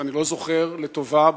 שאני לא זוכר לטובה,